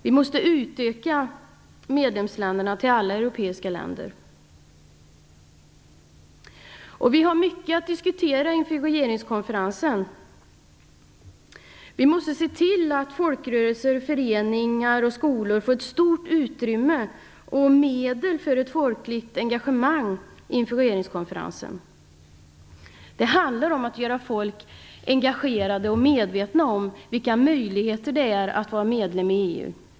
Vi måste utöka medlemsländerna till alla europeiska länder. Vi har mycket att diskutera inför regeringskonferensen. Vi måste se till att folkrörelser, föreningar och skolor får ett stort utrymme samt medel för ett folkligt engagemang inför regeringskonferensen. Det handlar om att göra folk engagerade och medvetna om vilka möjligheter som det innebär att vara medlem i EU.